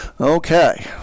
Okay